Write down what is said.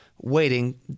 waiting